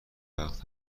وقت